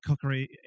cookery